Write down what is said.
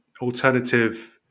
alternative